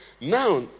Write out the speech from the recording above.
Now